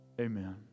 Amen